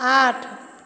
आठ